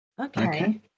Okay